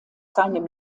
seinem